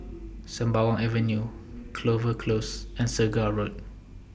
Sembawang Avenue Clover Close and Segar Road